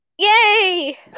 yay